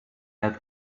had